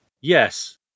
Yes